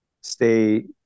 stay